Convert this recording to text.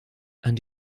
and